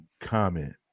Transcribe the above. comment